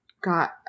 got